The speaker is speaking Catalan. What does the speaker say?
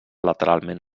lateralment